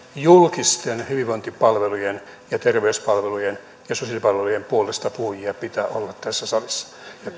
julkisten hyvinvointipalvelujen terveyspalvelujen ja sosiaalipalvelujen puolestapuhujia pitää olla tässä salissa